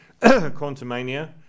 Quantumania